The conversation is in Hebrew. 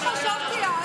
הוא הוציא הודעה.